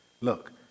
Look